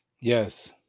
Yes